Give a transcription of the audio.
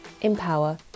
Empower